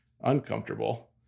uncomfortable